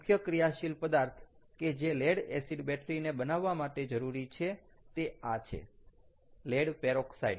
મુખ્ય ક્રિયાશીલ પદાર્થ કે જે લેડ એસિડ બેટરી ને બનાવવા માટે જરૂરી છે તે આ છે લેડ પેરોક્સાઈડ